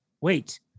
wait